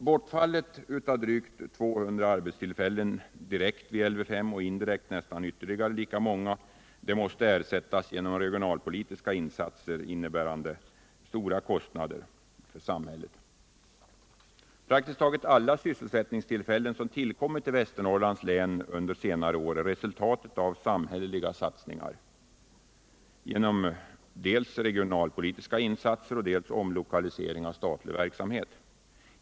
Bortfallet av drygt 200 arbetstillfällen direkt vid Lv 5 och indirekt ytterligare nästan lika många måste ersättas genom regionalpolitiska insatser innebärande stora kostnader för samhället. Praktiskt taget alla nya sysselsättningstillfällen som tillkommit i Västernorrlands län under senare år är resultat av samhälleliga satsningar genom dels regionalpolitiska insatser, dels omlokalisering av statlig verksamhet.